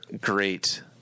great